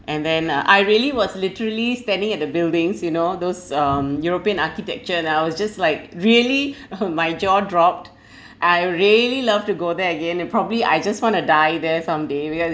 and then uh I really was literally standing at the buildings you know those um european architecture then I was just like really my jaw dropped I really love to go there again and probably I just wanna die there someday it was